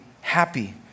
happy